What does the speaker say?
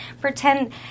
pretend